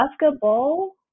basketball